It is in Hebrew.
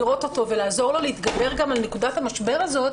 לראות אותו ולעזור לו להתגבר גם על נקודת המשבר הזו,